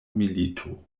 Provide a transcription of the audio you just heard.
milito